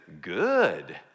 good